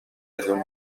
دنیا